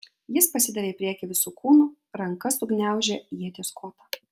jis pasidavė į priekį visu kūnu ranka sugniaužė ieties kotą